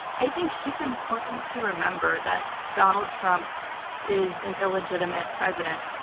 i think it's important to remember that donald trump is an illegitimate president.